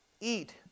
eat